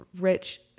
rich